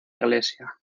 iglesia